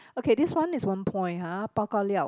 okay this one is one point ha pau ka liao